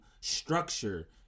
structure